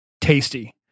tasty